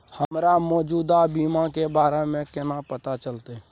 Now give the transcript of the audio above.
हमरा मौजूदा बीमा के बारे में केना पता चलते?